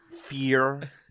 fear